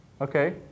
Okay